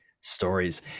stories